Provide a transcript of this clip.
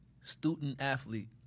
student-athlete